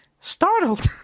startled